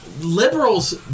Liberals